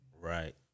Right